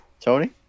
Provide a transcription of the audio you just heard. Tony